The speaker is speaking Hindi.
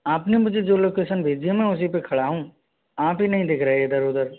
आपने मुझे जो लोकेशन भेजी है मैं उसी पे खड़ा हूँ आप ही नहीं दिख रहे इधर उधर